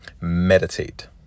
Meditate